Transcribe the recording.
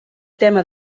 tema